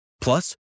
Plus